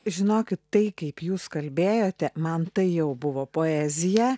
žinokit tai kaip jūs kalbėjote man tai jau buvo poezija